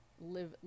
live